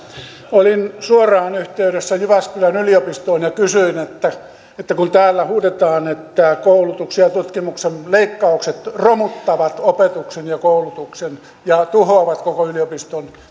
olin suoraan yhteydessä jyväskylän yliopistoon ja kysyin kun täällä huudetaan että koulutuksen ja tutkimuksen leikkaukset romuttavat opetuksen ja koulutuksen ja tuhoavat koko yliopiston